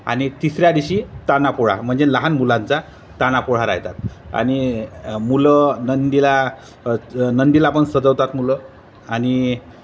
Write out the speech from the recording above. आणि तिसऱ्या दिवशी तान्हापोळा म्हणजे लहान मुलांचा तान्हापोळा राहतात आणि मुलं नंदीला नंदीला पण सजवतात मुलं आणि